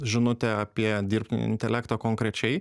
žinutė apie dirbtinį intelektą konkrečiai